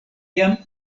jam